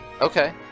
Okay